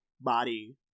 body